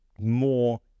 more